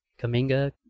Kaminga